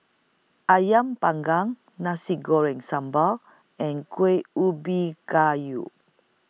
Ayam Panggang Nasi Goreng Sambal and Kueh Ubi Kayu